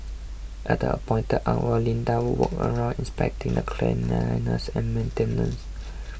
at the appointed hour Linda would walk around inspecting the cleanliness and maintenance